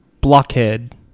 blockhead